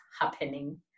happening